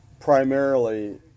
primarily